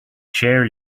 chair